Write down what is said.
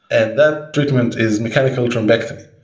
and that treatment is mechanical thrombectomy,